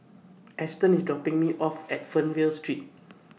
Ashtyn IS dropping Me off At Fernvale Street